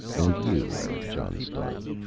and you, eric john stark.